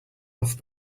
off